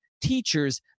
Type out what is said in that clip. teachers